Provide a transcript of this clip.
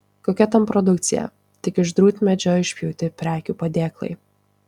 kokia ten produkcija tik iš drūtmedžio išpjauti prekių padėklai